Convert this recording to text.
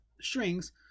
strings